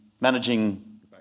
managing